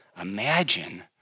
imagine